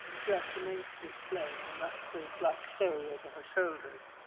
dress remains to be explained, and that's the black stole over her shoulders.